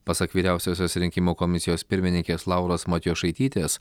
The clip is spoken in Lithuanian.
pasak vyriausiosios rinkimų komisijos pirmininkės lauros matijošaitytės